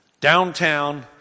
downtown